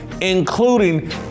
including